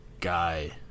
guy